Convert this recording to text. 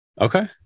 Okay